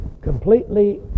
completely